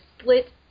split